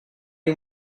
you